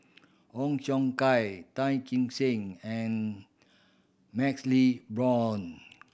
Ong Xiong Kai Tan Kee Sek and MaxLe Blond